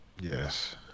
Yes